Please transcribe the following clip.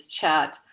chat